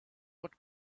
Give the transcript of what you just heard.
what